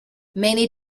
many